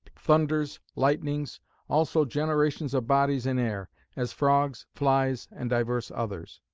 thunders, lightnings also generations of bodies in air as frogs, flies, and divers others.